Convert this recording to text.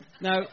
Now